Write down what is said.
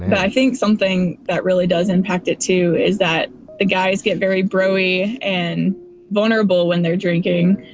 i think something that really does impact it too, is that the guys get very brony and vulnerable when they're drinking,